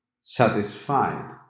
satisfied